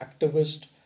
activist